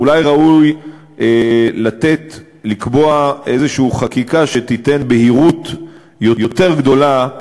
אולי ראוי לקבוע איזושהי חקיקה שתיתן בהירות יותר גדולה,